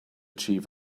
chief